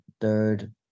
third